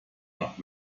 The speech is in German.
nach